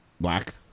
black